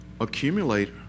Accumulate